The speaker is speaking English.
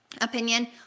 opinion